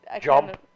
Jump